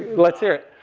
let's hear it.